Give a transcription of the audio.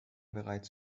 bereits